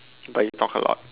but you talk a lot